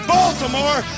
Baltimore